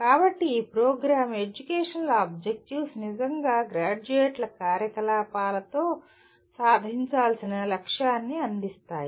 కాబట్టి ఈ programme educational objectives నిజంగా గ్రాడ్యుయేట్ల కార్యకలాపాలతో సాధించాల్సిన లక్ష్యాన్ని అందిస్తాయి